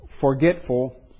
forgetful